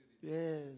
Yes